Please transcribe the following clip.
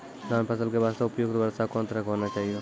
धान फसल के बास्ते उपयुक्त वर्षा कोन तरह के होना चाहियो?